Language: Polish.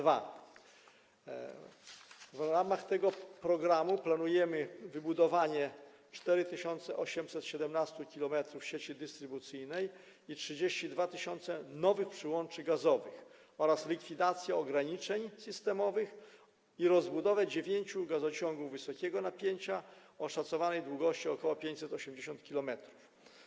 W ramach tego programu planujemy wybudowanie 4817 km sieci dystrybucyjnej i 32 tys. nowych przyłączeń gazowych oraz likwidację ograniczeń systemowych i rozbudowę dziewięciu gazociągów wysokiego napięcia o szacowanej długości ok. 580 km.